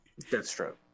Deathstroke